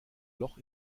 loch